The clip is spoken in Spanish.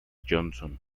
johnson